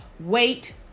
wait